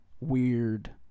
weird